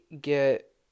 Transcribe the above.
get